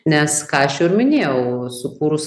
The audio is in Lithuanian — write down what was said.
nes ką aš jau ir minėjau sukūrus